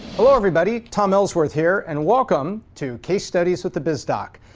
hello everybody, tom ellsworth here and welcome to case studies with the biz doc.